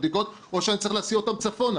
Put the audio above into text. הבדיקות או שאני צריך להסיע אותם צפונה.